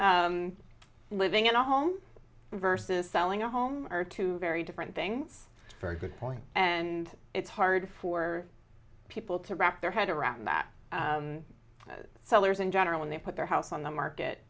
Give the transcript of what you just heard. living in a home versus selling a home are two very different things very good point and it's hard for people to wrap their head around that sellers in general when they put their house on the market